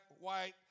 white